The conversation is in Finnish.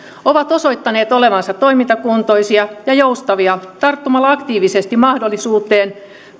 ovat osoittaneet olevansa toimintakuntoisia ja joustavia tarttumalla aktiivisesti mahdollisuuteen